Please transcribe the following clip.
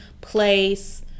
place